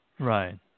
Right